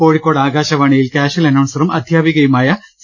കോഴിക്കോട് ആകാശവാണിയിൽ കാഷൽ അനൌൺസറും അധ്യാപികയുമായ സി